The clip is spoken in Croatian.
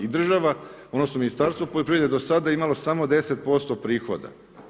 Država odnosno Ministarstvo poljoprivrede do sada je imalo samo 10% prihoda.